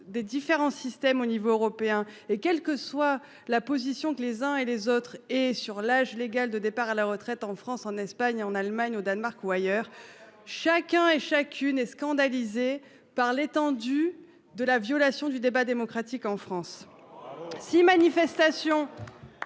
des différents systèmes au niveau européen et quelle que soit la position. Les uns et les autres et sur l'âge légal de départ à la retraite en France, en Espagne, en Allemagne, au Danemark ou ailleurs. Chacun et chacune et scandalisés par l'étendue de la violation du débat démocratique en France. Si, manifestations.